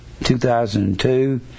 2002